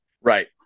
Right